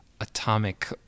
atomic